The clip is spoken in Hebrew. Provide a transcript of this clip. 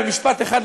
במשפט אחד,